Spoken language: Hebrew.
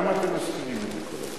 למה אתם מזכירים את זה כל הזמן?